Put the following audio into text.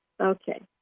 Okay